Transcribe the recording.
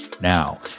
Now